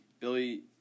Billy